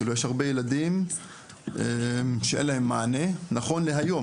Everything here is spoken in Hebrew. כאילו יש הרבה ילדים שאין להם מענה נכון להיום,